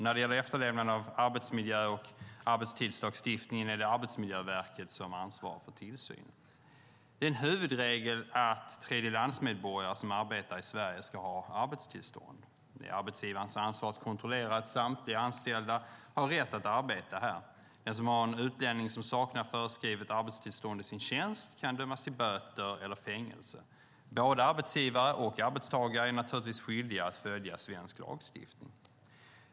När det gäller efterlevnaden av arbetsmiljö och arbetstidslagstiftningen är det Arbetsmiljöverket som ansvarar för tillsynen. Det är en huvudregel att tredjelandsmedborgare som arbetar i Sverige ska ha arbetstillstånd. Det är arbetsgivarens ansvar att kontrollera att samtliga anställda har rätt att arbeta här. Den som har en utlänning som saknar föreskrivet arbetstillstånd i sin tjänst kan dömas till böter eller fängelse. Både arbetsgivare och arbetstagare är naturligtvis skyldiga att följa svensk lagstiftning.